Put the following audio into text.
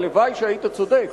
הלוואי שהיית צודק,